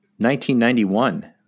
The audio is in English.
1991